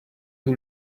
two